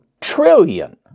trillion